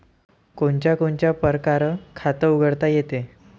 कोनच्या कोनच्या परकारं खात उघडता येते?